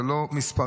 אלה לא מספרים,